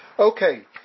Okay